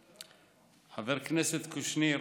חבר הכנסת קושניר,